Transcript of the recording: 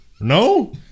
No